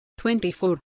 24